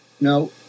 No